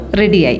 ready